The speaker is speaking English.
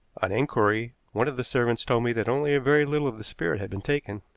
on inquiry, one of the servants told me that only a very little of the spirit had been taken.